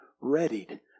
readied